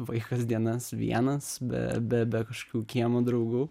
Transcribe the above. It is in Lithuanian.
vaikas dienas vienas be be be kažkokių kiemo draugų